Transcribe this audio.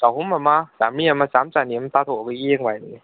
ꯆꯍꯨꯝ ꯑꯃ ꯆꯥꯝꯔꯤ ꯑꯃ ꯆꯥꯝ ꯆꯅꯤ ꯑꯃ ꯇꯥꯊꯣꯛꯑꯒ ꯌꯦꯡꯕ ꯍꯥꯏꯗꯨꯅꯤ